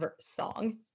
song